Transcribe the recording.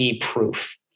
proof